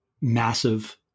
massive